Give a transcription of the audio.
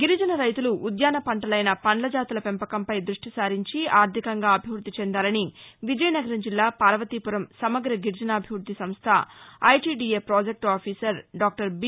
గిరిజన రైతులు ఉద్యాన పంటలైన పండ్ల జాతుల పెంపకంపై దృష్టి సారించి ఆర్ధికంగా అభివృద్ధి చెందాలని విజయనగరం జిల్లా పార్వతీపురం సమగ్ర గిరిజనాభివృద్ధి సంస్థ ITDA project officer doctor be